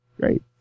great